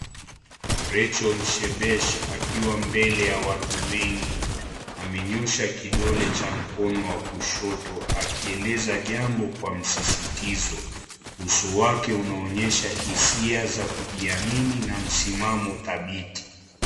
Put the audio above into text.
Rachael Shebesh akiwa mbele ya watu wengi amenyosha kidole cha mkono wa kushoto akieleza jambo kwa msisitizo uso wake unaonyesha hisia za kujiamini na msimamo thabiti.